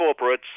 corporates